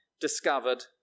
discovered